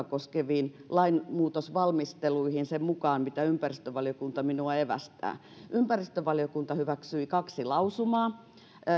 koskeviin lainmuutosvalmisteluihin sen mukaan mitä ympäristövaliokunta minua evästää ympäristövaliokunta hyväksyi kaksi lausumaa